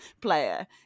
player